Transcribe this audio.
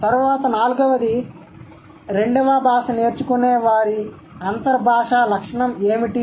తర్వాత నాల్గవది రెండవ భాష నేర్చుకునేవారి అంతర్ భాష లక్షణం ఏమిటి